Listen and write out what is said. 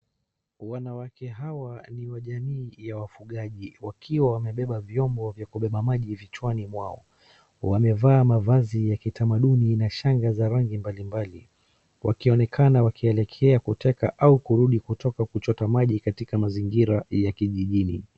Wanawake hawa ni wajamiii ya wafungaji wakiwa wamebeba vyombo vya kubeba maji vichwani mwao. Wamevaa mavazi ya kimanduni na shanga za rangi mbalimbali. Wakionekana wakielekea kuteka au kurudi kutoka kuchota maji katika mazingira ya kijijini.